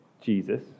Jesus